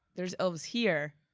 there's elves here.